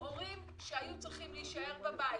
הורים שהיו צריכים להישאר בבית,